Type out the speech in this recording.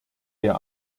der